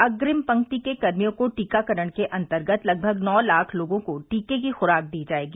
अंग्रिम पंक्ति के कर्मियों को टीकाकरण के अन्तर्गत लगभग नौ लाख लोगों को टीके की खुराक दी जायेगी